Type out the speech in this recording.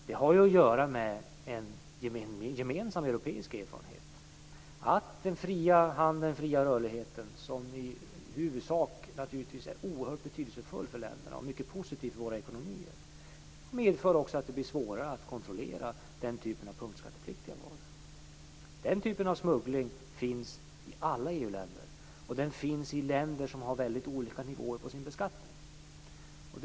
Det har att göra med en gemensam europeisk erfarenhet att den fria handeln, den fria rörligheten, som i huvudsak naturligtvis är oerhört betydelsefull för länderna och mycket positiv för våra ekonomier, också medför att det blir svårare att kontrollera den typen av punktskattepliktiga varor. Den typen av smuggling finns i alla EU-länder, och den finns i länder som har mycket olika nivåer på sin beskattning.